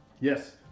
Yes